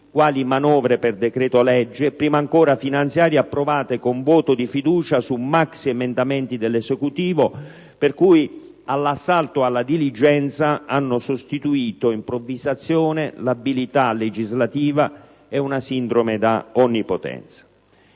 quali manovre per decreto-legge e, prima ancora, finanziarie approvate con voto di fiducia su maxiemendamenti dell'Esecutivo, che all'assalto alla diligenza hanno sostituito improvvisazione, labilità legislativa e una sindrome da onnipotenza.